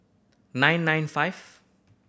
nine nine five